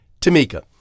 Tamika